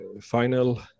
final